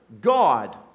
God